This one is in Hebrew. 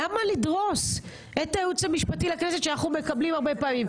למה לדרוס את הייעוץ המשפטי לכנסת שאנחנו מקבלים הרבה פעמים?